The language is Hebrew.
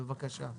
בבקשה.